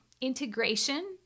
integration